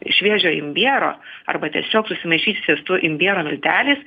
šviežio imbiero arba tiesiog susimaišysite su imbiero milteliais